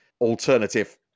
alternative